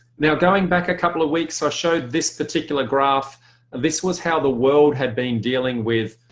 now going back a couple of weeks i showed this particular graph and this was how the world had been dealing with